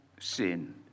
sin